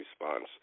response